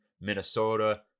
Minnesota